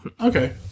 Okay